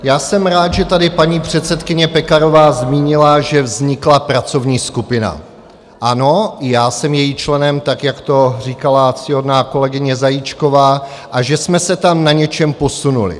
Já jsem rád, že tady paní předsedkyně Pekarová zmínila, že vznikla pracovní skupina ano, i já jsem jejím členem, tak jak to říkala ctihodná kolegyně Zajíčková a že jsme se tam na něčem posunuli.